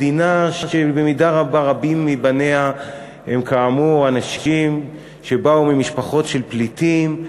מדינה שבמידה רבה רבים מבניה הם כאמור אנשים שבאו ממשפחות של פליטים,